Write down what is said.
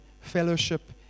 fellowship